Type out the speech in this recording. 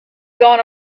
gone